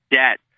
debt